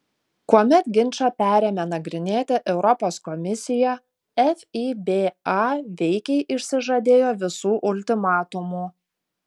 kuomet ginčą perėmė nagrinėti europos komisija fiba veikiai išsižadėjo visų ultimatumų